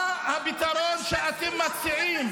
אבל למה קריאה ראשונה?